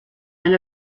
and